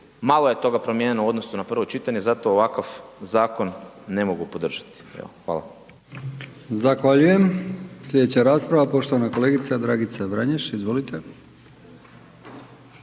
malo je toga promijenjeno u odnosu na prvo čitanje, zato ovakav zakon ne mogu podržati, evo hvala. **Brkić, Milijan (HDZ)** Zahvaljujem. Slijedeća rasprava, poštovana kolegica Dragica Vranješ, izvolite.